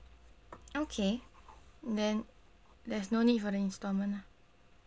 okay then there's no need for the instalment lah